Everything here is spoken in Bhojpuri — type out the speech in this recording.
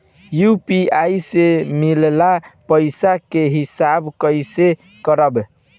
यू.पी.आई से मिलल पईसा के हिसाब कइसे करब?